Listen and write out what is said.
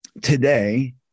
today